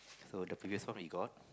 so the previous one we got